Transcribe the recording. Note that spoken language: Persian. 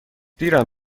دیرم